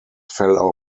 fell